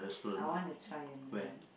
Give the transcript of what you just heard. I want to try a new one